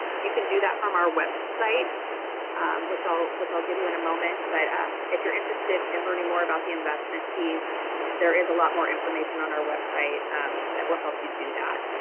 you can do that from our website which which i'll give you in a moment, but um if you're interested in learning more about the investment piece there is a lot more information on our website um that will help you do that.